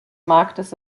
marktes